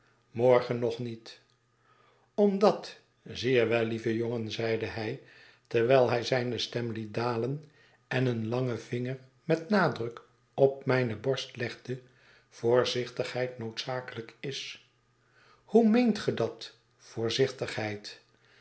morgen nog niet omdat zie je wel lieve jongen zeide hij terwijl hij zijne stem liet dalen en een langen vinger met nadruk op mijne borst legde voorzichtigheid noodzakelijk is hoe meent ge dat voorzichtigheid